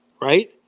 right